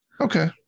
Okay